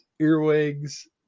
earwigs